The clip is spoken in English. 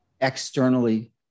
externally